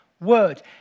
Word